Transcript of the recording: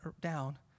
down